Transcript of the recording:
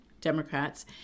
Democrats